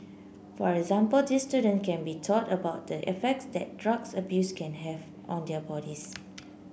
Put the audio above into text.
for example these student can be taught about the effects that drugs abuse can have on their bodies